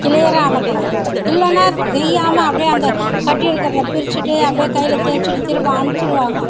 கிளியராக அனுப்பணும் இல்லைனா தெரியாமல் அப்படியே அந்த கட்டி இருக்கிறத பிரிச்சுட்டு அப்படியே கையில் தேய்ச்சிட்டு திரும்ப அனுப்பிச்சிருவாங்க